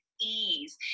ease